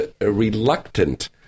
reluctant